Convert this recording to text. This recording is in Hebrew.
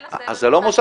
אין לה סמל מוסד,